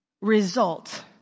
result